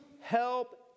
help